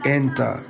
enter